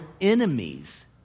enemies